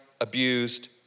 abused